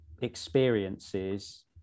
experiences